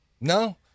no